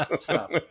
stop